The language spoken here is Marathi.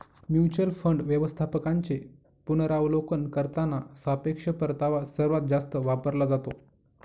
म्युच्युअल फंड व्यवस्थापकांचे पुनरावलोकन करताना सापेक्ष परतावा सर्वात जास्त वापरला जातो